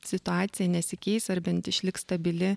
situacija nesikeis ar bent išliks stabili